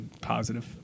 positive